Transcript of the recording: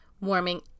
warming